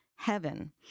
heaven